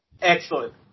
Excellent